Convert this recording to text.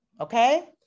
Okay